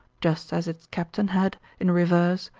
just as its captain had, in reverse,